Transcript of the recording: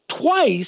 twice